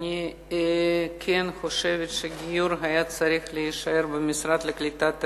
אני כן חושבת שהגיור היה צריך להישאר במשרד לקליטת העלייה,